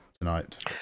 tonight